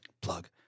Plug